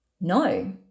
No